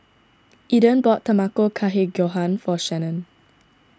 Eden bought Tamago Kake Gohan for Shanon